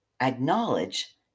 acknowledge